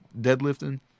deadlifting